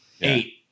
Eight